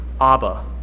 Abba